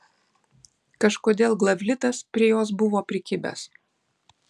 kažkodėl glavlitas prie jos buvo prikibęs